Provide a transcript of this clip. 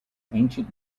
ancient